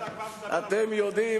אל תדאג,